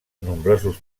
nombrosos